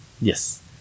Yes